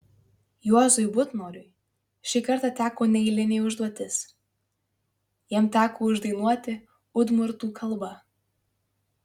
juozui butnoriui šį kartą teko neeilinė užduotis jam teko uždainuoti udmurtų kalba